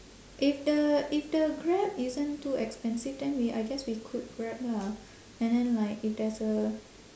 if the if the grab isn't too expensive then we I guess we could grab lah and then like if there's a